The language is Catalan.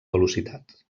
velocitat